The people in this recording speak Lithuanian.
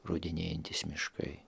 rudinėjantys miškai